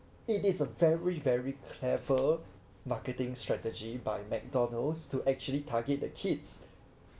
it is a very very clever marketing strategy by McDonald's to actually target the kids